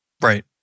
Right